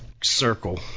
circle